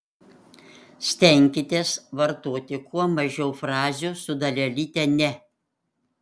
stenkitės vartoti kuo mažiau frazių su dalelyte ne